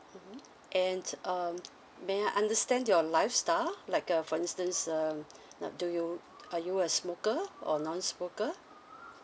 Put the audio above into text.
mmhmm and um may I understand your lifestyle like uh for instance um uh do you are you a smoker or non-smoker